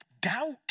Doubt